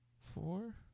four